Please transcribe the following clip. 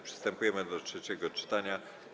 Przystępujemy do trzeciego czytania.